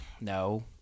No